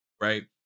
right